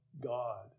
God